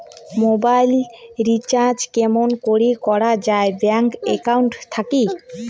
Mobile recharge কেমন করি করা যায় ব্যাংক একাউন্ট থাকি?